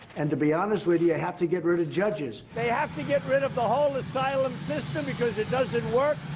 and to be honest with yeah have to get rid of judges. they have to get rid of the whole asylum system because it doesn't work.